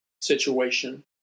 situation